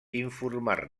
informar